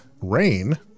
rain